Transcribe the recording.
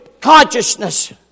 consciousness